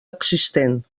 existent